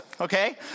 Okay